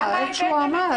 למה עד הסוף?